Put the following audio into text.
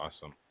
Awesome